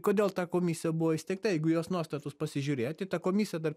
kodėl ta komisija buvo įsteigta jeigu jos nuostatus pasižiūrėti ta komisija dar